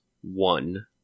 one